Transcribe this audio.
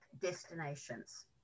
destinations